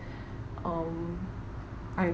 um I